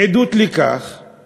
עדות לכך היא